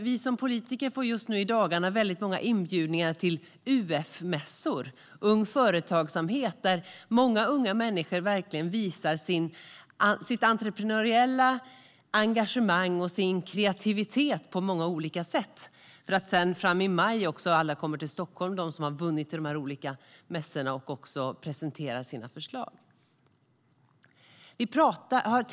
Vi politiker får nu i dagarna många inbjudningar till UF-mässor, alltså Ung Företagsamhet, där unga människor visar sitt entreprenöriella engagemang och sin kreativitet på olika sätt. I maj kommer de som har vunnit på de olika mässorna till Stockholm, där de får presentera sina förslag.